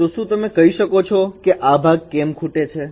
તો શું તમે કહી શકો છો કે આ ભાગ કેમ ખૂટે છે